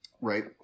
Right